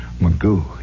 Magoo